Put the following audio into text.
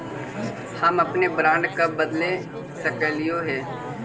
हम अपने बॉन्ड कब बदले सकलियई हे